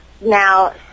Now